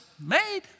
made